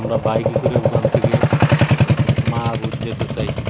আমরা বাইকে করে ওখান থেকে